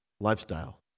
lifestyle